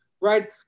right